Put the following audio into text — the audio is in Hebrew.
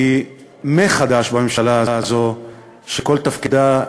כי מה חדש בממשלה הזו שכל תפקידה,